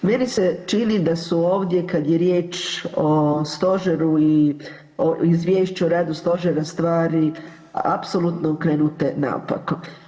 Meni se čini da su ovdje kada je riječ o Stožeru i o Izvješću o radu stožera stvari apsolutno okrenute naopako.